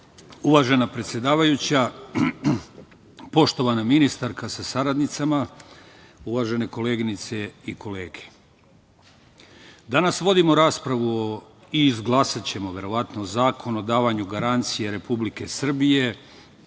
Hvala. Uvažena predsedavajuća, poštovana ministarka sa saradnicama, uvažene koleginice i kolege, danas vodimo raspravu i izglasaćemo verovatno Zakon o davanju garancija Republike Srbije